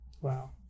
Wow